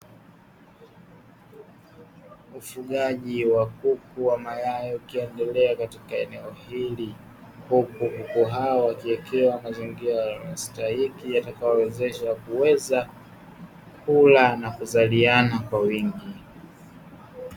Ufugaji wa kuku wa mayai ukiendelea katika eneo hili, huku kuku hawa wakiwekewa mazingira stahiki, yanayowawezesha kuweza kula na kuzaliana kwa wingi.